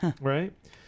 right